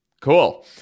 Cool